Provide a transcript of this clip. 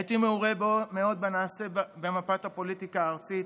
הייתי מעורה מאוד בנעשה במפת הפוליטיקה הארצית,